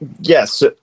Yes